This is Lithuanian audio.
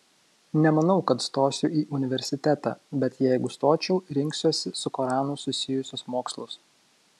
nemanau kad stosiu į universitetą bet jeigu stočiau rinksiuosi su koranu susijusius mokslus